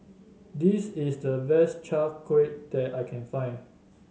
this is the best Chai Kuih that I can find